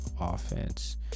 offense